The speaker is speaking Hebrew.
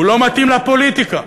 הוא לא מתאים לפוליטיקה.